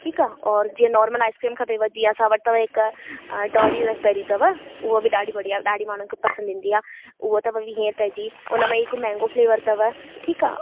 ठीकु आहे और जीअं नॉर्मल आइस्क्रीम खपेव जीअं असां वटि अथव हिकु डॉली रसबेरी अथव उहा बि ॾाढी बढ़िया ॾाढी माण्हुनि खे पसंदि ईंदी आहे उहा त वीह रुपए जी हुन में हिकु मैंगो फ़्लेवर अथव ठीकु आहे